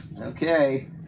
okay